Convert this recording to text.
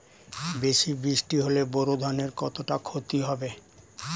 বেশি বৃষ্টি হলে বোরো ধানের কতটা খতি হবে?